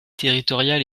territoriales